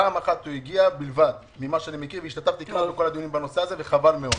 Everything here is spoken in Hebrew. פעם אחת בלבד הוא הגיע וחבל מאוד.